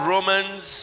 Romans